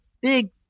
big